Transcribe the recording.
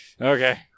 Okay